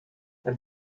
ein